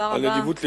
על נדיבות לבך,